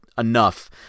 Enough